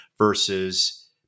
versus